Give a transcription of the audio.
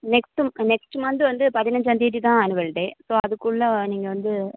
next next month வந்து பதினஞ்சாம் தேதி தான் ஆனுவல் டே ஸோ அதுக்குள்ளே நீங்கள் வந்து